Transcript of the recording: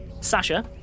Sasha